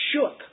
shook